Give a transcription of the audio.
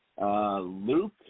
Luke